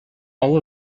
all